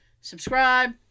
Subscribe